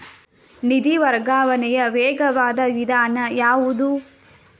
ನಿಧಿ ವರ್ಗಾವಣೆಯ ವೇಗವಾದ ವಿಧಾನ ಯಾವುದು?